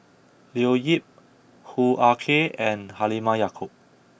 Leo Yip Hoo Ah Kay and Halimah Yacob